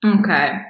Okay